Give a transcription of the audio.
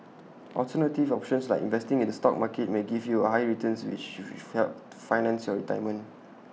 alternative options like investing in the stock market may give you higher returns with which we fell finance your retirement